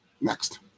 Next